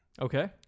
Okay